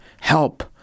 Help